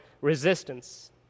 resistance